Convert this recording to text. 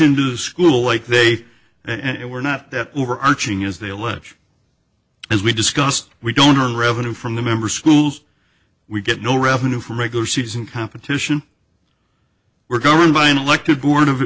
into school like they and we're not that overarching as they allege as we discussed we don't are revenue from the member schools we get no revenue from regular season competition we're governed by an elected board of